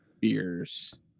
beers